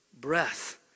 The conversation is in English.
breath